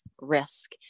risk